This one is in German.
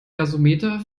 gasometer